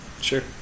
Sure